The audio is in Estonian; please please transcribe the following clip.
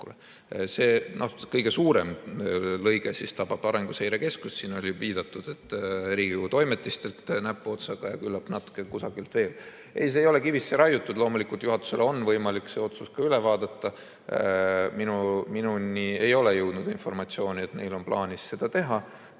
Kõige suurem lõige tabab Arenguseire Keskust. Siin oli ka viidatud, et Riigikogu Toimetistelt võetakse näpuotsaga ja küllap natuke kusagilt veel. Ei, see ei ole kivisse raiutud, loomulikult juhatusel on võimalik see otsus ka üle vaadata. Minuni ei ole jõudnud informatsiooni, et neil on plaanis seda teha.